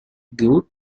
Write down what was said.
good